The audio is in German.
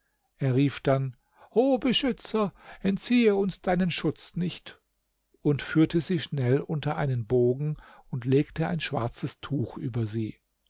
er rief dann o beschützer entziehe uns deinen schutz nicht und führte sie schnell unter einen bogen und legte ein schwarzes tuch über sie